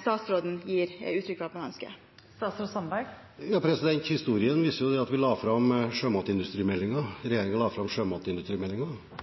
statsråden gir uttrykk for at han ønsker. Historien viser at regjeringen la fram sjømatindustrimeldingen, og da ble det